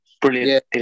brilliant